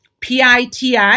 PITI